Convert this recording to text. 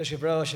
כבוד היושב-ראש,